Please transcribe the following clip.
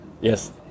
Yes